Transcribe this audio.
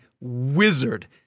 wizard